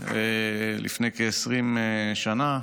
לפני כ-20 שנה.